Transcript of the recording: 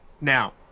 Now